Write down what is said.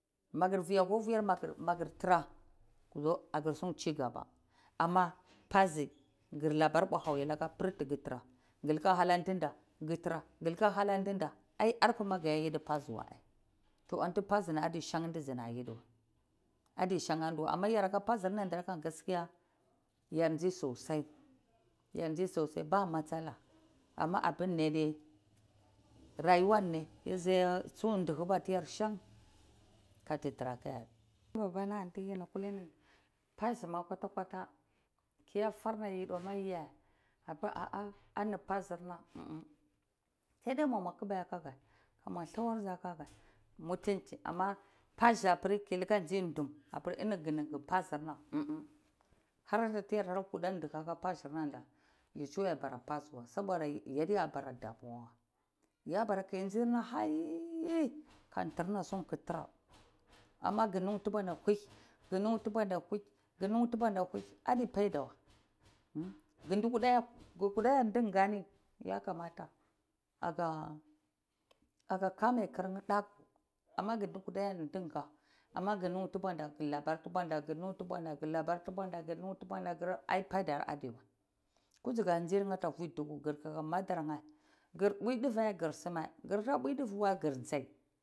Makr fiakwa fiar makr tra aku siya chi kaba, amma basi, kur mbua hawi bir kutra ka duta kutra ku hala hana duta arbe ma kadeta yidi basiwa ai, antu basi adishan tsu sana yiduwa, amma yara basir na kaskiya yar tso sosai ba masala abunede rayuwa sai duhuba tiyar san, basinna waiye, yi afa yiduw ma bir basi saide buama kubai kaga mutunci amma basi bir kima tsi dum bir ini kini ku basi umm, ummm har kuda simitra ka basinada, yi so bara basiwa yabara ki si hi ka dirna sai kuntura am, ma kunuhu tubunta kuhi kuhi adu baidawa, kuda a dirkani yakamada kakasoi, kaje kame girye daku, ammi guda kuda dinka ku nuhu dubunta ku labar dubunta ade baitarwa kusika tsi ata fiduka madarye kuyi dva kursime, bakuta une dva kir sai.